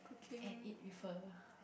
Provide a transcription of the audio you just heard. and eat with her